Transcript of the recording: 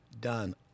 done